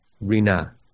rina